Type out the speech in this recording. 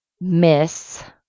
Miss